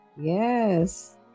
Yes